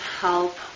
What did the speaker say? help